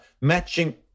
matching